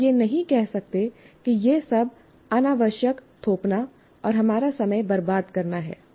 आप यह नहीं कह सकते कि यह सब अनावश्यक थोपना और हमारा समय बर्बाद करना है